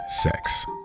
sex